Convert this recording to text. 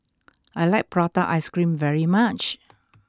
I like Prata Ice Cream very much